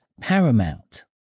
paramount